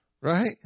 Right